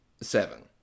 seven